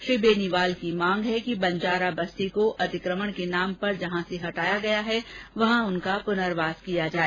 श्री बेनीवाल की मांग है कि बंजारा बस्ती को अतिक्रमण के नाम पर जहां से हटाया गया है वहां उनका पूनर्वास किया जाए